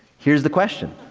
here's the question.